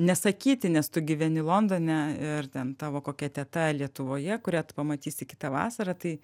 nesakyti nes tu gyveni londone ir ten tavo kokia teta lietuvoje kurią tu pamatysi kitą vasarą tai